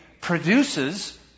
produces